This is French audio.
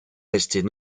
restées